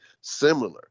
similar